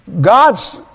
God's